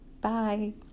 Bye